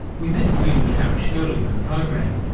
we met william karesh earlier in the program.